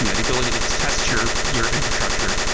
you know the ability to to test your your infrastructure.